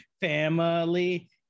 family